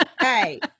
hey